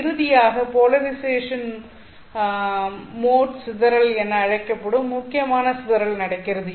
இறுதியாக polarisation mode சிதறல் என அழைக்கப்படும் முக்கியமான சிதறல் நடக்கிறது